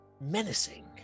menacing